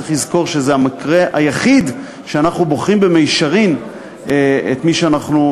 צריך לזכור שזה המקרה היחיד שאנחנו בוחרים במישרין את מי שאנחנו,